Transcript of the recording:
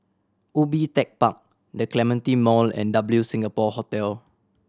Ubi Tech Park The Clementi Mall and W Singapore Hotel